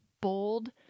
bold